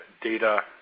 data